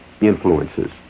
influences